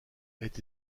aient